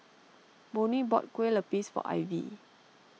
Bonny bought Kueh Lapis for Ivy